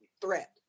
threat